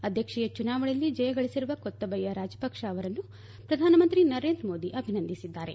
ಅಧ್ಯಕ್ಷೀಯ ಚುನಾವಣೆಯಲ್ಲಿ ಜಯ ಗಳಿಸಿರುವ ಕೊತ್ತಬಯ್ಯ ರಾಜಪಕ್ಪ ಅವರನ್ನು ಪ್ರಧಾನ ಮಂತ್ರಿ ನರೇಂದ್ರ ಮೋದಿ ಅಭಿನಂದಿಸಿದ್ದಾರೆ